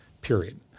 Period